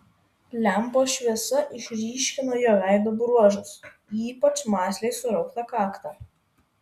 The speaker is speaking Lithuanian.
lempos šviesa išryškino jo veido bruožus ypač mąsliai surauktą kaktą